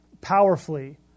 powerfully